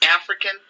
African